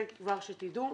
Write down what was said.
זה כבר שתדעו,